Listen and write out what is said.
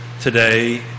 Today